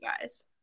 guys